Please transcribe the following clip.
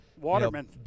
waterman